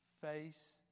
face